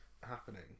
happening